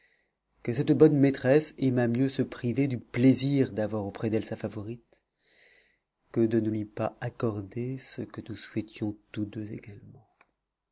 que cette bonne princesse aima mieux se priver du plaisir d'avoir auprès d'elle sa favorite que de ne lui pas accorder ce que nous souhaitions tous deux également